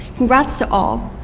congrats to all.